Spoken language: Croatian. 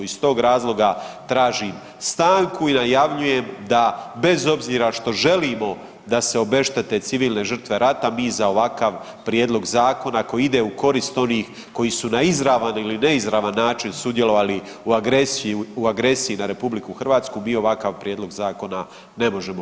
Iz tog razloga tražim stanku i najavljujem da, bez obzira što želimo da se obeštete civilne žrtve rata, mi za ovakav prijedlog zakona koji ide u korist onih koji su na izravan ili neizravan način sudjelovali u agresiji na RH, mi ovakav prijedlog zakona ne možemo